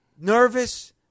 nervous